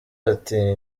ati